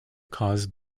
caused